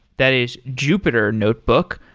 that is jupyter notebook.